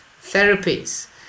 therapies